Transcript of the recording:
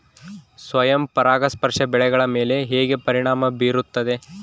ಸ್ವಯಂ ಪರಾಗಸ್ಪರ್ಶ ಬೆಳೆಗಳ ಮೇಲೆ ಹೇಗೆ ಪರಿಣಾಮ ಬೇರುತ್ತದೆ?